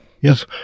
Yes